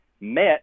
met